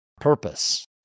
purpose